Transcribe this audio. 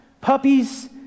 puppies